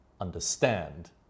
understand